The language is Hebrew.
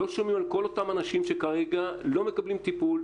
לא שומעים על כל אותם אנשים שכרגע לא מקבלים טיפול,